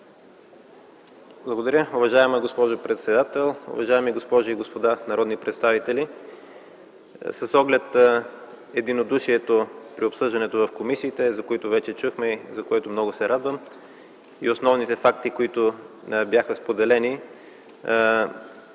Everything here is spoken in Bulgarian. Благодаря. Уважаема госпожо председател, уважаеми госпожи и господа народни представители! С оглед единодушието при обсъждането в комисиите, за които вече чухме и за което много се радвам, и основните факти, които бяха споделени,